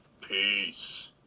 Peace